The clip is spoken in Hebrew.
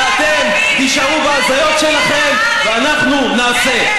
ואתם תישארו בהזיות שלכם ואנחנו נעשה.